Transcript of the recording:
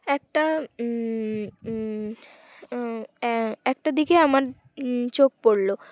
একটা একটা দিকে আমার চোখ পড়লো